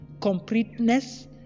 completeness